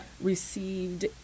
received